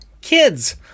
kids